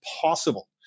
possible